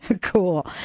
Cool